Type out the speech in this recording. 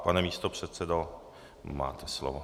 Pane místopředsedo, máte slovo.